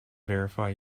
verify